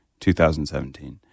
2017